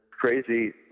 crazy